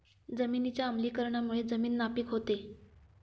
जमिनीच्या आम्लीकरणामुळे जमीन नापीक होते